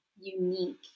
unique